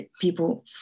people